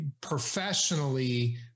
professionally